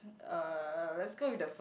uh let's go with the